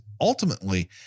ultimately